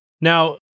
now